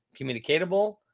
communicatable